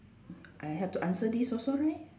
I have to answer this also right